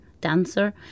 dancer